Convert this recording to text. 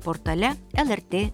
portale lrt